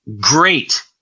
great